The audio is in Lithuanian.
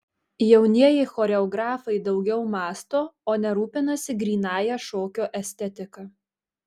jaunieji choreografai daugiau mąsto o ne rūpinasi grynąja šokio estetika